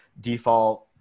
default